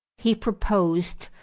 he proposed,